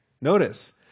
notice